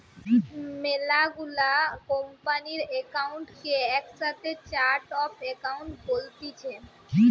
মেলা গুলা কোম্পানির একাউন্ট কে একসাথে চার্ট অফ একাউন্ট বলতিছে